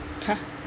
!huh!